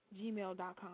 gmail.com